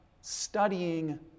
studying